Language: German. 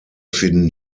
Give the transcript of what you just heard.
finden